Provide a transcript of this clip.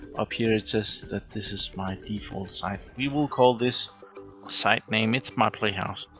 up here it says that this is my default site, we will call this site name. it's my playhouse.